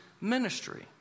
ministry